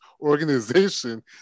organization